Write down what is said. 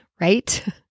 right